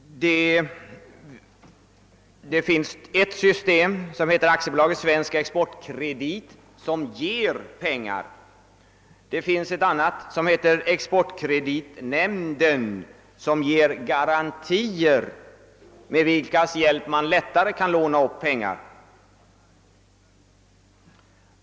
Ett system representerar AB Svensk exportkredit, som lånar ut pengar. Ett annat representerar exportkreditnämnden, som ger garantier med vilkas hjälp man lättare kan låna upp pengar.